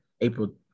April